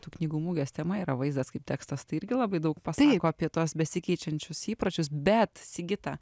tų knygų mugės tema yra vaizdas kaip tekstas tai irgi labai daug pasako apie tuos besikeičiančius įpročius bet sigita